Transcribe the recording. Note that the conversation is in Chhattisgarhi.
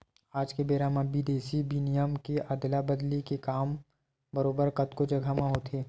आज के बेरा म बिदेसी बिनिमय के अदला बदली के काम बरोबर कतको जघा म होथे